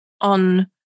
on